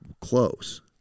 close